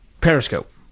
Periscope